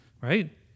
right